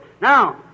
now